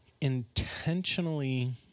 intentionally